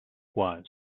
was